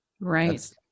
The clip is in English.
right